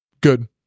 Good